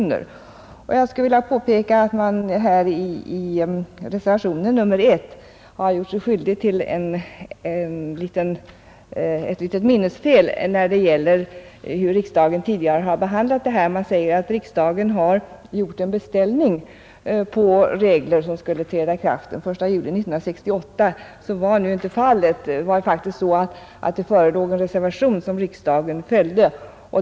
Jag vill i sammanhanget påpeka att man i reservationen 1 gjort sig skyldig till ett litet minnesfel när det gäller riksdagens tidigare behandling av frågan. Reservanterna säger att riksdagen gjort en beställning på förslag om bestämmelser i sådan tid att reglerna skulle kunna träda i kraft den 1 juli 1968. Så är nu inte fallet. Det förelåg år 1967 en reservation som riksdagen följde.